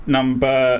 Number